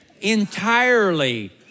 Entirely